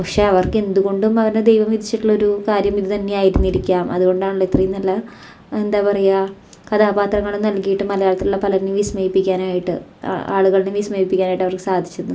പക്ഷേ അവർക്ക് എന്തുകൊണ്ടും ദൈവം വിധിച്ചിട്ടുള്ളൊരു കാര്യം ഇത് തന്നെ ആയിരുന്നിരിക്കാം അതുകൊണ്ടാണല്ലോ ഇത്രയും നല്ല എന്താ പറയുക കഥാപാത്രങ്ങൾ നൽകിയിട്ടും മലയാളത്തിലുള്ള പലരിനേയും വിസ്മയിപ്പിക്കാനായിട്ട് ആളുകളെ വിസ്മയിപ്പിക്കാനായിട്ടവർക്ക് സാധിച്ചത്